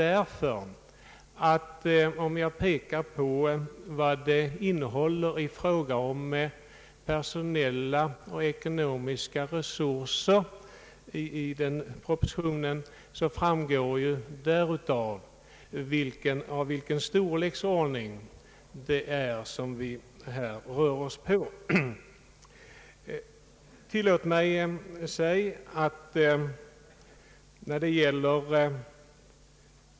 Genom att peka på vad den innehåller i fråga om personella och ekonomiska resurser framgår vilken storleksordning vi här rör oss med.